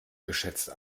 geschätzte